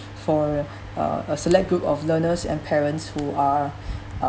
for uh a select group of learners and parents who are